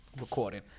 Recording